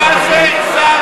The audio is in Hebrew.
תסביר מה זה שר ללא כספי ציבור.